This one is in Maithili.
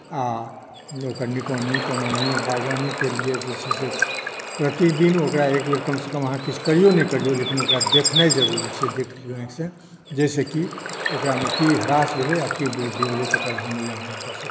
आओर ओकर निकौनी कमौनी बागवानीके लिए जे छै से प्रतिदिन ओकरा एक बेर कमसँ कम अहाँ किछु करियौ नहि करियौ लेकिन ओकरा देखनाइ जरूरी छै देख लियौ आँखिसँ जाहिसँ कि ओकरामे की ह्रास भेलै आोर की वृद्धि भेलै तकर अहाँ मूल्याङ्कन कए सकब